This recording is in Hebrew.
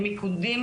הם מיקודים